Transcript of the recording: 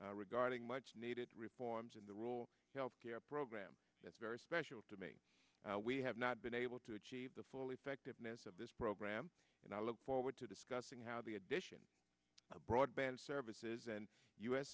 romance regarding much needed reforms in the rule health care program that's very special to me we have not been able to achieve the full effectiveness of this program and i look forward to discussing how the addition of broadband services and u